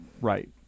right